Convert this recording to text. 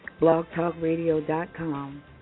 blogtalkradio.com